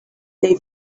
they